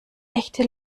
echte